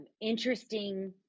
interesting